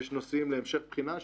ויש נושאים להמשך בחינה.